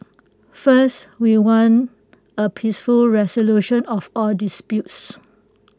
first we want A peaceful resolution of all disputes